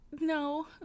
no